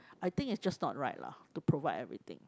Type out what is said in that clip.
I think is just not right lah to provide everything